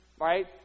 right